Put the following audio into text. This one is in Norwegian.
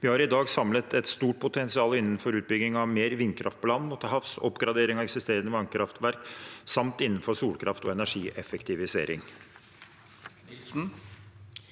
Vi har i dag samlet et stort potensial innenfor utbygging av mer vindkraft på land og til havs og oppgrade ring av eksisterende vannkraftverk samt innenfor solkraft og energieffektivisering.